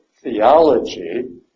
theology